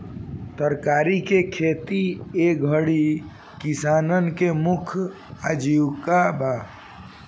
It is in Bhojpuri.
तरकारी के खेती ए घरी किसानन के मुख्य आजीविका बा